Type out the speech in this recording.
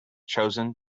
chosen